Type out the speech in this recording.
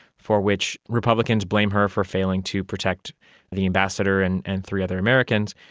for which republicans blame her for failing to protect the ambassador and and three other americans,